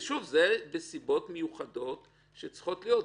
ושוב, זה בסיבות מיוחדות שצריכות להיות.